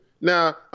Now